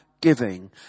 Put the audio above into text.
giving